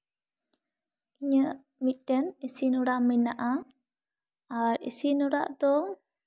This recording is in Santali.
ᱤᱧᱟᱹᱜ ᱢᱤᱫᱴᱮᱱ ᱤᱥᱤᱱ ᱚᱲᱟᱜ ᱢᱮᱱᱟᱜᱼᱟ ᱟᱨ ᱤᱥᱤᱱ ᱚᱲᱟᱜ ᱫᱚ